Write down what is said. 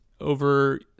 over